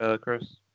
Chris